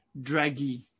draggy